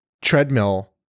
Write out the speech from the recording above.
treadmill